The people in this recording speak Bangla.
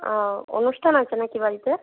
ও অনুষ্ঠান আছে না কি বাড়িতে